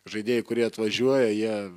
žaidėjų kurie atvažiuoja jie